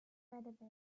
wetherby